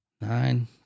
Nine